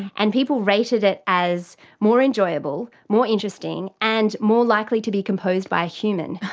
and people rated it as more enjoyable, more interesting and more likely to be composed by a human,